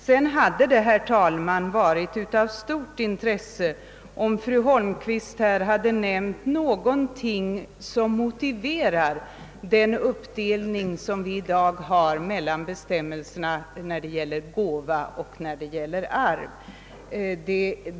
Vidare hade det, herr talman, varit av stort intresse om fru Holmqvist här hade nämnt någonting som motiverar den uppdelning vi i dag har mellan bestämmelserna för gåva och bestämmelserna för arv.